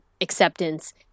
acceptance